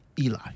Eli